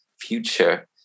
future